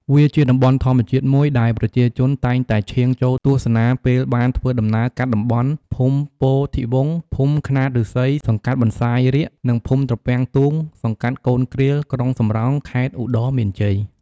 វាជាតំបន់ធម្មជាតិមួយដែលប្រជាជនតែងតែឈៀងចូលទស្សនាពេលបានធ្វើដំណើរកាត់តំបន់ ភូមិពោធិ៍វង្ស ភូមិខ្នាតឫស្សី សង្កាត់បន្សាយរាក និងភូមិត្រពាំងទូង សង្កាត់កូនគ្រៀល ក្រុងសំរោង ខេត្តឧត្តរមានជ័យ។